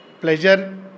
pleasure